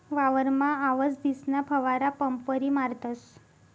वावरमा आवसदीसना फवारा पंपवरी मारतस